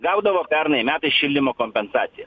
gaudavo pernai metais šildymo kompensaciją